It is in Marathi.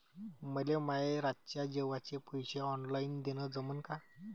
मले माये रातच्या जेवाचे पैसे ऑनलाईन देणं जमन का?